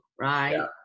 Right